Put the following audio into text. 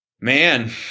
man